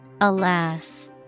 alas